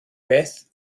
beth